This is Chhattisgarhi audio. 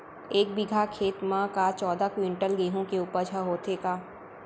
एक बीघा खेत म का चौदह क्विंटल गेहूँ के उपज ह होथे का?